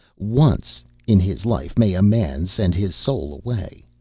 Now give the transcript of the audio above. once in his life may a man send his soul away,